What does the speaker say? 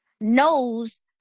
knows